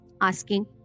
asking